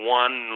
one